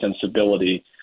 sensibility